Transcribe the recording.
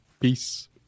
Peace